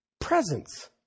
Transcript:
Presence